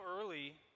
early